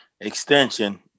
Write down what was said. Extension